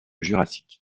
jurassique